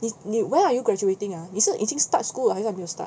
你你 when are you graduating ah 你是已经 start school 了还是还没有 start